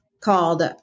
called